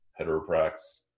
heteroprax